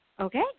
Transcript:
Okay